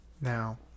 now